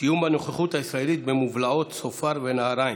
סיום הנוכחות הישראלית במובלעות צופר ונהריים,